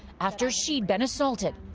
after she had been assaulted.